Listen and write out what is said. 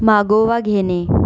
मागोवा घेणे